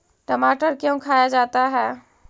टमाटर क्यों खाया जाता है?